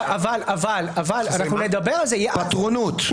לא אמרתי את זה, אבל בסדר.